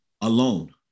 alone